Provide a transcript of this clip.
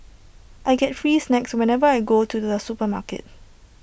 I get free snacks whenever I go to the supermarket